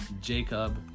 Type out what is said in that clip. Jacob